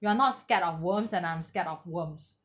you are not scared of worms and I'm scared of worms